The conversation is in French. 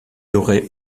aurait